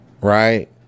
right